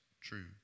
true